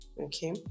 okay